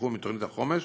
שנלקחו מתוכנית החומש